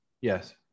yes